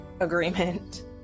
agreement